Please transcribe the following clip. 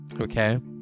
Okay